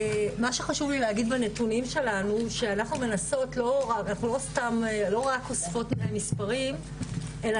מה שחשוב לי להגיד בנתונים שלנו שאנחנו מנסות לא רק לאסוף מספרים אלא